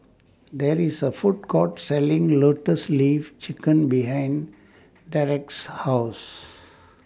There IS A Food Court Selling Lotus Leaf Chicken behind Derrek's House